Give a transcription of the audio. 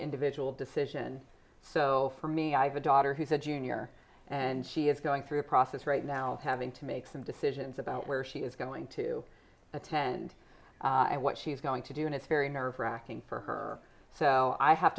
individual decision so for me i have a daughter who's a junior and she is going through a process right now having to make some decisions about where she is going to attend and what she's going to do and it's very nerve wracking for her so i have